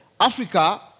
Africa